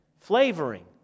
flavoring